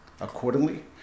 accordingly